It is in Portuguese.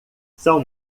são